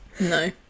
No